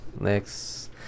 next